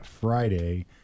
Friday